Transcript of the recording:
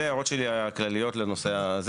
אלה ההערות שלי הכלליות לנושא הזה.